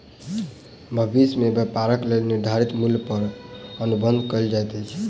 भविष्य में व्यापारक लेल निर्धारित मूल्य पर अनुबंध कएल जाइत अछि